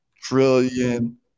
trillion